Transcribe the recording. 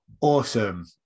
Awesome